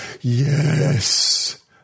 Yes